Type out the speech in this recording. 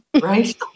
right